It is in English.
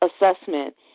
assessment